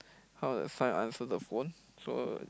how to find answer the phone so